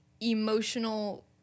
emotional